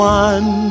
one